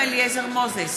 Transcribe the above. מנחם אליעזר מוזס,